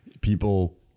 people